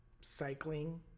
cycling